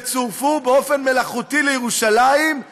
וצורפו באופן מלאכותי לירושלים,